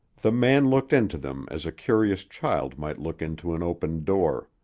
the man looked into them as a curious child might look into an opened door.